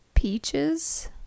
peaches